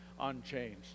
unchanged